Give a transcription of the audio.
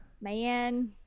Man